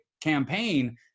campaign